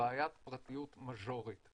ובעיית פרטיות מז'ורית.